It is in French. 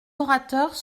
orateurs